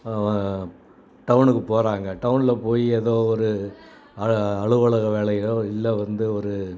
டவுனுக்கு போகிறாங்க டவுனில் போய் ஏதோ ஒரு அலுவலக வேலையோ இல்லை வந்து ஒரு